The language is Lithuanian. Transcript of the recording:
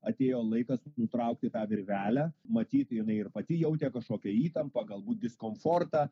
atėjo laikas nutraukti tą virvelę matyt jinai ir pati jautė kažkokią įtampą galbūt diskomfortą